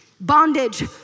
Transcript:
Bondage